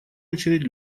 очередь